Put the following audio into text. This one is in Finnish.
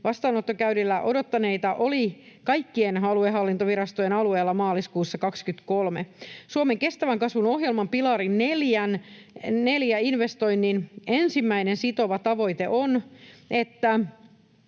vastaanottokäynnillä odottaneita oli maaliskuussa 23 kaikkien aluehallintovirastojen alueilla. Suomen kestävän kasvun ohjelman pilarin 4 investoinnin 1 sitova tavoite on, että